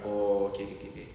oh okay okay okay